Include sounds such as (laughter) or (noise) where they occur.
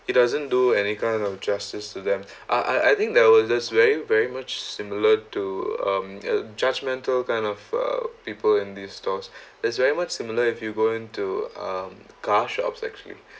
it doesn't do any kind of justice to them uh I I think that was just very very much similar to um judgmental kind of uh people in these stores (breath) is very much similar if you go into um car shops actually